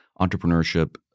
Entrepreneurship